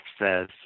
says